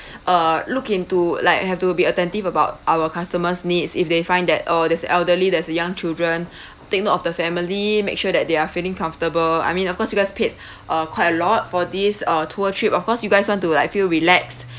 uh look into like you have to be attentive about our customers' needs if they find that oh there's elderly there's young children take note of the family make sure that they are feeling comfortable I mean of course you guys paid uh quite a lot for this uh tour trip of course you guys want to like feel relaxed